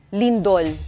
lindol